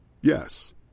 Yes